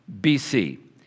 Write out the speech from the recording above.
BC